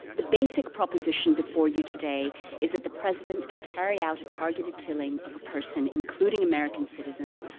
the basic proposition before you today is that the president can carry out a targeted killing of a person, including american citizens,